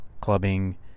...clubbing